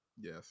Yes